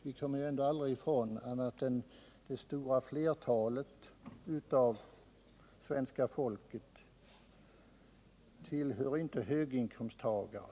Vi kommer aldrig ifrån att det stora flertalet av svenska folket inte tillhör höginkomstlagarna.